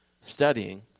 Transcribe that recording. studying